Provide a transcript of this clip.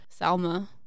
Salma